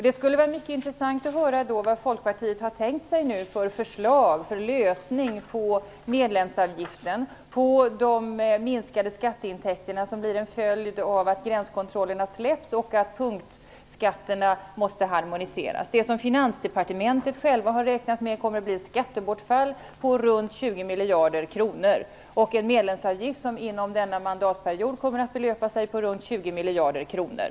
Det skulle vara mycket intressant att höra vad Folkpartiet nu har tänkt sig för förslag, lösning beträffande medlemsavgiften, de minskade skatteintäkterna som blir en följd av att gränskontrollerna släpps och att punktskatterna måste harmoniseras - det som man i Finansdepartementet har räknat med kommer att innebära ett skattebortfall på runt 20 miljarder kronor - och en medlemsavgift som inom denna mandatperiod kommer att belöpa sig till runt 20 miljarder kronor.